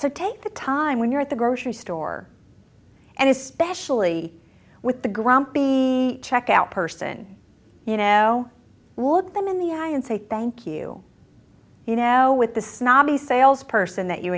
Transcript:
so take the time when you're at the grocery store and especially with the grumpy checkout person you know look them in the eye and say thank you you know with the snobby salesperson that you